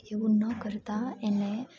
એવું ન કરતાં એને